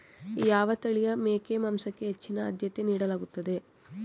ಯಾವ ತಳಿಯ ಮೇಕೆ ಮಾಂಸಕ್ಕೆ ಹೆಚ್ಚಿನ ಆದ್ಯತೆ ನೀಡಲಾಗುತ್ತದೆ?